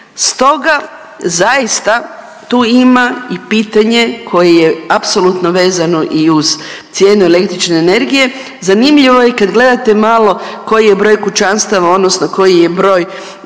Stoga zaista tu ima i pitanje koje je apsolutno vezano i uz cijenu električne energije. Zanimljivo je i kad gledate malo koji je broj kućanstava, odnosno koji je broj